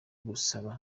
gusaba